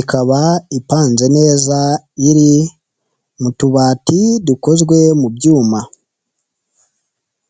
ikaba ipanze neza iri mu tubati dukozwe mu byuma.